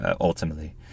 Ultimately